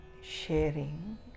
sharing